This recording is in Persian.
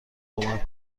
کمک